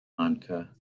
Anka